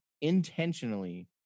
intentionally